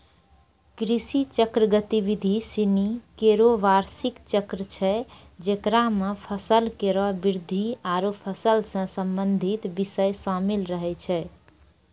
कृषि चक्र गतिविधि सिनी केरो बार्षिक चक्र छै जेकरा म फसल केरो वृद्धि आरु फसल सें संबंधित बिषय शामिल रहै छै